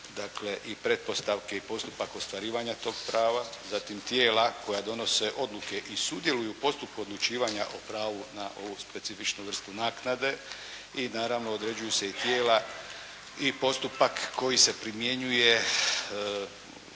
dakle i pretpostavke i postupak ostvarivanja tog prava zatim tijela koja donose odluke i sudjeluju u postupku odlučivanja o pravu na ovu specifičnu vrstu naknade. I naravno određuju se i tijela i postupak koji se primjenjuje